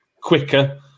quicker